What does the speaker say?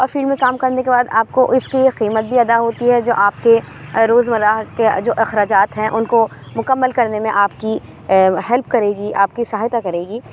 اور فیلڈ میں کام کرنے کے بعد آپ کو اس کی ایک قیمت بھی ادا ہوتی ہے جو آپ کے روزمرہ کے جو اخراجات ہیں ان کو مکمل کرنے میں آپ کی ہیلپ کرے گی آپ کی سہایتا کرے گی